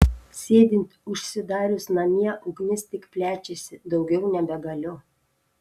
sėdint užsidarius namie ugnis tik plečiasi daugiau nebegaliu